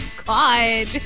god